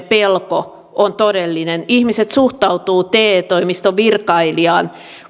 pelko on todellinen ihmiset suhtautuvat te toimiston virkailijaan